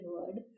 Word